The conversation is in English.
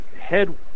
head